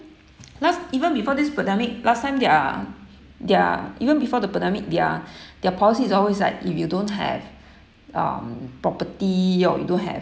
last even before this pandemic last time their their even before the pandemic their their policy is always like if you don't have um property or you don't have